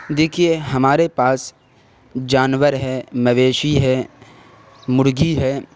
دیکھیے ہمارے پاس جانور ہے مویشی ہے مرغی ہے